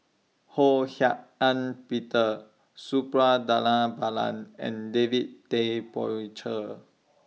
Ho Hak Ean Peter Suppiah Dhanabalan and David Tay Poey Cher